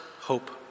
hope